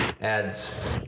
adds